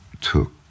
took